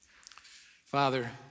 Father